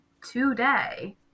today